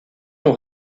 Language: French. aux